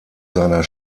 seiner